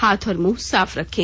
हाथ और मुंह साफ रखें